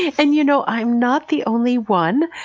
and you know, i'm not the only one,